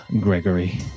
Gregory